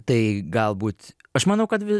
tai galbūt aš manau kad vi